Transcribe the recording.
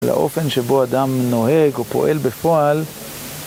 לאופן שבו אדם נוהג או פועל בפועל